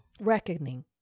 reckoning